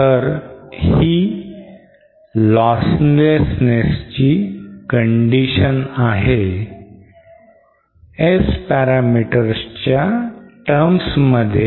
तर ही आहे condition for losslessness S parameter च्या terms मध्ये